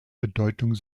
bedeutung